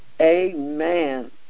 Amen